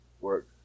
work